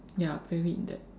ya very in depth